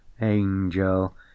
angel